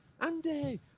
Andy